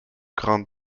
grandes